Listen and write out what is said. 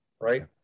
right